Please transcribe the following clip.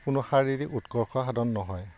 কোনো শাৰীৰিক উৎকৰ্ষ সাধন নহয়